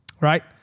right